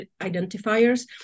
identifiers